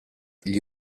gli